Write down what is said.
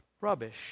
rubbish